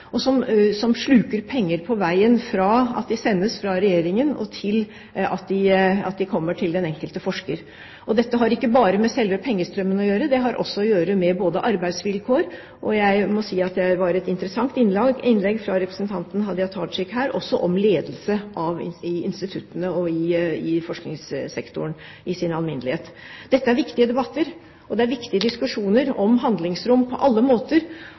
og som sluker penger på veien fra de sendes fra Regjeringen, til de kommer til den enkelte forsker. Dette har ikke bare med selve pengestrømmen å gjøre, det har også å gjøre med arbeidsvilkår. Jeg må si at det var et interessant innlegg fra representanten Hadia Tajik her også, om ledelse i instituttene og i forskningssektoren i sin alminnelighet. Dette er viktige debatter og viktige diskusjoner om handlingsrom på alle måter.